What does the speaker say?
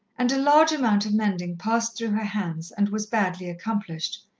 and a large amount of mending passed through her hands and was badly accomplished,